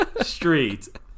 Street